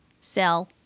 sell